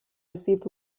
received